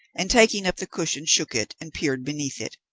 and taking up the cushion, shook it and peered beneath it.